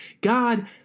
God